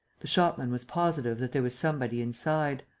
the shopman was positive that there was somebody inside.